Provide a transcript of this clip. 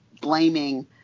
blaming